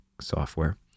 software